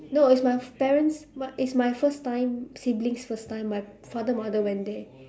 no it's my parents my it's my first time siblings' first time my father mother went there